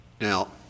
Now